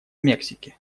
мексики